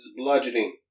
bludgeoning